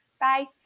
Bye